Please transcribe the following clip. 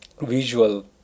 visual